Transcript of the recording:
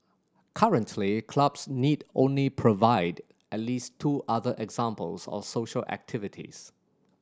currently clubs need only provide at least two other examples of social activities